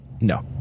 No